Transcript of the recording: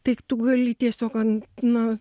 tik tu gali tiesiog ant na